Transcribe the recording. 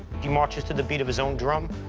he marches to the beat of his own drum,